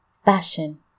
fashion